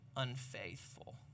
unfaithful